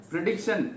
Prediction